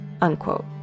unquote